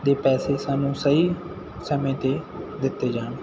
ਦੇ ਪੈਸੇ ਸਾਨੂੰ ਸਹੀ ਸਮੇਂ 'ਤੇ ਦਿੱਤੇ ਜਾਣ